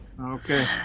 Okay